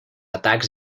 atacs